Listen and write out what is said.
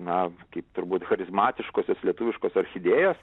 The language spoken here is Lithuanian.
na kaip turbūt charizmatiškosios lietuviškos orchidėjos